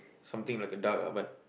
something like a duck ah but